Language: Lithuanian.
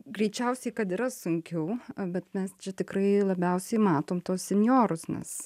greičiausiai kad yra sunkiau bet mes čia tikrai labiausiai matom tuos sinjorus nes